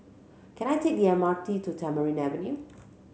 can I take the M R T to Tamarind Avenue